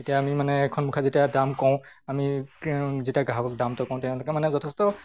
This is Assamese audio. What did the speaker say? তেতিয়া আমি মানে এখন মুখা যেতিয়া দাম কওঁ আমি যেতিয়া গ্ৰাহকক দামটো কওঁ তেওঁলোকে মানে যথেষ্ট